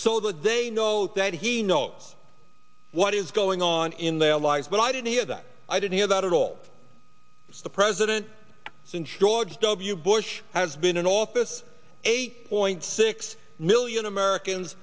that they know that he know what is going on in their lives but i did hear that i did hear that all the president since george w bush has been in office eight point six million americans